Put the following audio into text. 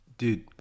dude